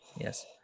Yes